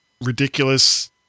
ridiculous